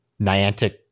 Niantic